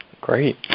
Great